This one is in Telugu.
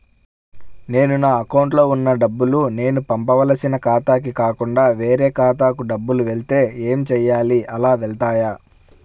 నేను నా అకౌంట్లో వున్న డబ్బులు నేను పంపవలసిన ఖాతాకి కాకుండా వేరే ఖాతాకు డబ్బులు వెళ్తే ఏంచేయాలి? అలా వెళ్తాయా?